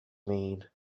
mean